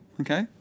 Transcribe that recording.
Okay